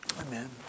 Amen